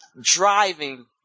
driving